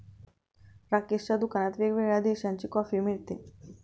राकेशच्या दुकानात वेगवेगळ्या देशांची कॉफी मिळते